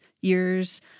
years